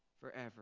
forever